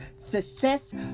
success